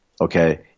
okay